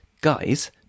guys